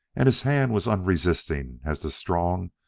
and his hand was unresisting as the strong,